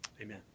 Amen